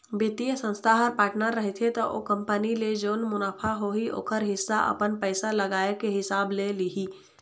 बित्तीय संस्था ह पार्टनर रहिथे त ओ कंपनी ले जेन मुनाफा होही ओखर हिस्सा अपन पइसा लगाए के हिसाब ले लिही